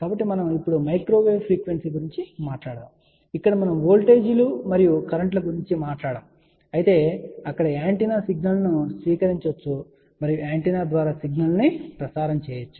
కాబట్టి మనము ఇప్పుడు మైక్రోవేవ్ ఫ్రీక్వెన్సీ గురించి మాట్లాడుతున్నాము ఇక్కడ మనం వోల్టేజీలు మరియు కరెంటు ల గురించి మాట్లాడము అయితే అక్కడ యాంటెన్నా సిగ్నల్ ను స్వీకరించవచ్చు మరియు యాంటెన్నా ద్వారా సిగ్నల్ ను ప్రసారం చేయవచ్చు